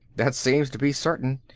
that seems to be certain.